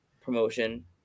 promotion